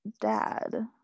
dad